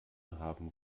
haben